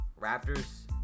Raptors